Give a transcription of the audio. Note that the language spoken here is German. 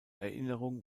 erinnerung